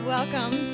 Welcome